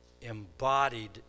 embodied